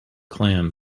clan